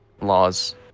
laws